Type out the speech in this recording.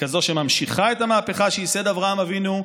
ככזאת שממשיכה את המהפכה שייסד אברהם אבינו,